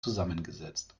zusammengesetzt